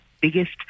biggest